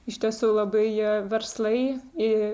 iš tiesų labai verslai į